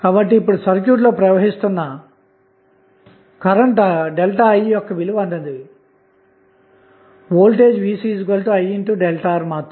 కాబట్టి ఇప్పుడు సర్క్యూట్ లో ప్రవహిస్తున్న కరెంటు ΔI యొక్క విలువ అన్నది వోల్టేజ్ Vc IΔR మాత్రమే